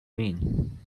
mean